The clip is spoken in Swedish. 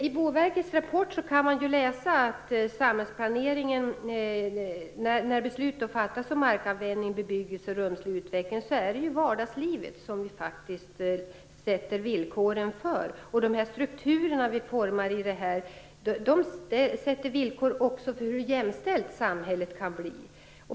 I Boverkets rapport kan man läsa att det är vardagslivet vi sätter villkor för när beslut fattas om markanvändning, bebyggelse och rumslig utveckling. Strukturerna vi formar i det arbetet sätter villkor också för hur jämställt samhället kan bli.